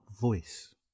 voice